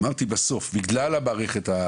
אמרתי בסוף, בגלל המערכת של